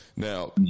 Now